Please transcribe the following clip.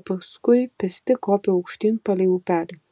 o paskui pėsti kopė aukštyn palei upelį